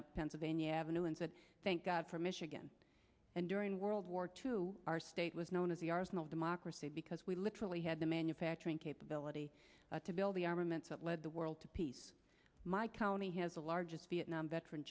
up pennsylvania avenue and said thank god for michigan and during world war two our state was known as the arsenal of democracy because we literally had the manufacturing capability to build the armaments that led the world to peace my county has the largest vietnam veteran